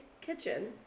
kitchen